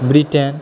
Britain